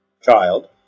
child